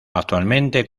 actualmente